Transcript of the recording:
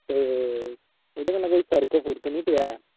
ते ओह्दे कन्नै कोई फर्क फुर्क नेईं पेआ ऐ ते